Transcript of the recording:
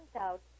out